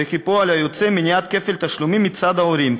וכפועל יוצא מניעת כפל תשלומים מצד ההורים,